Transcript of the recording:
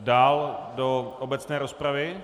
Dál do obecné rozpravy?